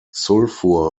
sulphur